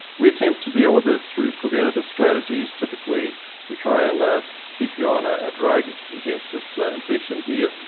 we attempt to deal with this through preventative strategies. typically we try to and ah keep you on a ah drug against this infection here,